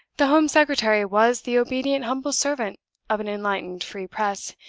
the home secretary was the obedient humble servant of an enlightened free press,